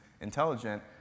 intelligent